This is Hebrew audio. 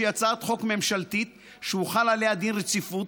שהיא הצעת חוק ממשלתית שהוחל עליה דין רציפות,